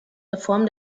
reform